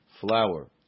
flour